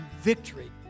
victory